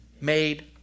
made